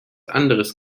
anderes